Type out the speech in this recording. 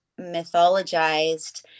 mythologized